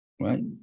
right